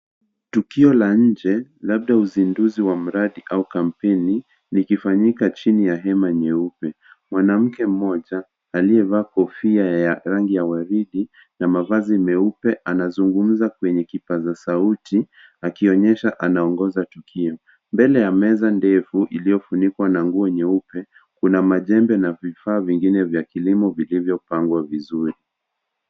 Tukio la nje labda uzinduzi wa mradi au kampeni likifanyika chini ya hema nyeupe ,mwanamke mmoja aliyevaa kofia ya rangi ya waridi na mavazi meupe anazungumza kwenye kipaza sauti akionyesha anaongoza tukio, mbele ya meza ndevu iliyofunikwa na nguo nyeupe kuna majembe na vifaa vingine vya kilimo vilivyopangwa vizuri.